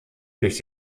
durch